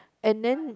and then